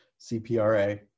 CPRA